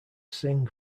singh